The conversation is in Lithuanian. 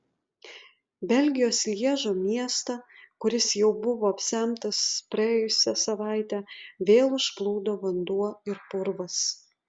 belgijos lježo miestą kuris jau buvo apsemtas praėjusią savaitę vėl užplūdo vanduo ir purvas